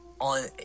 on